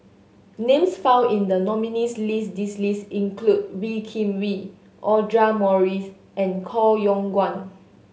names found in the nominees' list this list include Wee Kim Wee Audra Morrice and Koh Yong Guan